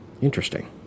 Interesting